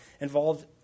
involved